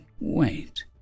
wait